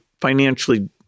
financially